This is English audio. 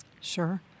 Sure